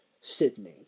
Sydney